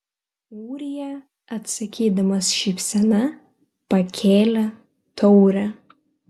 ūrija atsakydamas šypsena pakėlė taurę